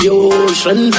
ocean